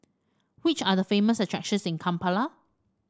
which are the famous attractions in Kampala